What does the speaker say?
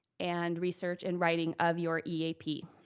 and research and writing of your eap.